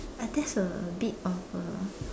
that's a bit of a